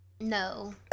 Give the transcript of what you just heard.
No